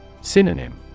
Synonym